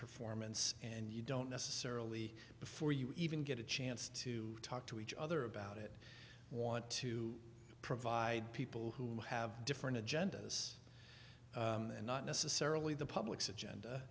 performance and you don't necessarily before you even get a chance to talk to each other about it want to provide people who have different agendas and not necessarily the public's agenda